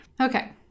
okay